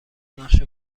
نقش